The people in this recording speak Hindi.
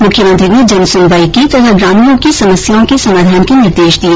मुख्यमंत्री ने जन सुनवाई की तथा ग्रामीणों की समस्याओं के समाधान के निर्देश दिए